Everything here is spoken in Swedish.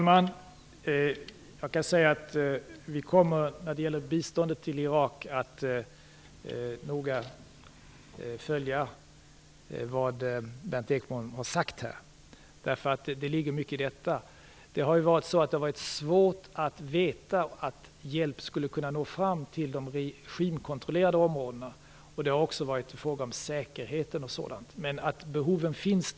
Fru talman! När det gäller biståndet till Irak kommer vi noga att följa det som Berndt Ekholm har sagt. Det ligger mycket i detta. Det har varit svårt att veta om hjälp skulle komma fram till de regimkontrollerade områdena. Det har också varit fråga om säkerhet och sådant. Men det är helt klart att behoven finns.